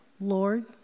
Lord